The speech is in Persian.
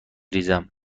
ریزم